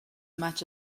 much